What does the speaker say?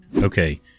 Okay